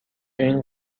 این